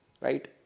right